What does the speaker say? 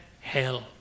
hell